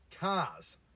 cars